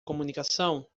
comunicação